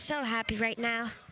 so happy right now